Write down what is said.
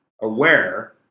aware